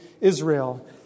Israel